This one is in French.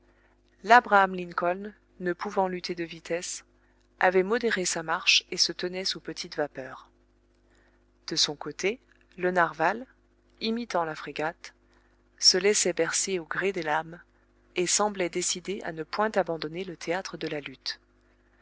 labraham lincoln ne pouvant lutter de vitesse avait modéré sa marche et se tenait sous petite vapeur de son côté le narwal imitant la frégate se laissait bercer au gré des lames et semblait décidé à ne point abandonner le théâtre de la lutte